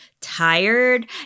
tired